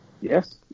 Yes